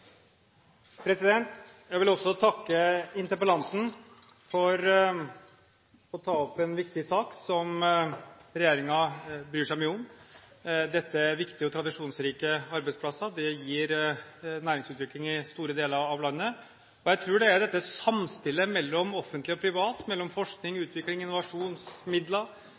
jeg vil takke interpellanten for å ta opp en viktig sak som regjeringen bryr seg mye om. Dette er viktige og tradisjonsrike arbeidsplasser som gir næringsutvikling i store deler av landet. Jeg tror det er dette samspillet mellom offentlig og privat, mellom forsknings-, utviklings- og innovasjonsmidler